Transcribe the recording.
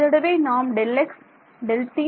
ஒரு தடவை நாம் Δx Δt